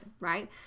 right